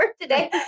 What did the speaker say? today